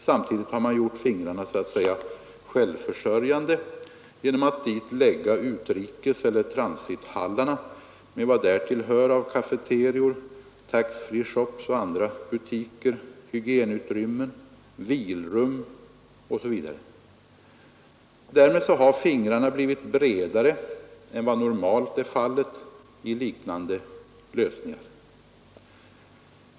Samtidigt har man gjort fingrarna så att säga självförsörjande genom att dit lägga utrikeseller transithallarna med vad därtill hör av cafeterior, tax-free shops och andra butiker, hygienutrymmen, vilrum etc. Därmed har fingrarna blivit bredare än vad normalt är fallet i liknande lösningar.